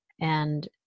And-